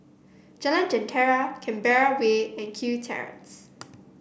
Jalan Jentera Canberra Way and Kew Terrace